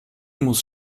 muss